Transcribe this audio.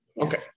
Okay